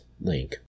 link